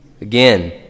again